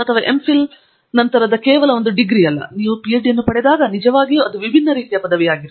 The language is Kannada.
PhD ನಿಮ್ಮ ಎಂಪಿಹಿಲ್ ಅಥವಾ ಮಾಸ್ಟರ್ಸ್ ನಂತರ ಕೇವಲ ಒಂದು ಡಿಗ್ರಿ ಅಲ್ಲ ನೀವು PhD ಅನ್ನು ಪಡೆದಾಗ ನಿಜವಾಗಿಯೂ ವಿಭಿನ್ನ ರೀತಿಯ ಪದವಿಯಾಗಿದೆ